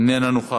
איננה נוכחת,